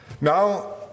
Now